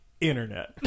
internet